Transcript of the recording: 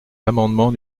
l’amendement